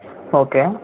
okay